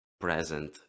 present